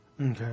Okay